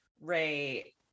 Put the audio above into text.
Ray